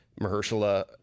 Mahershala